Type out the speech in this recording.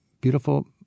beautiful